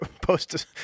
post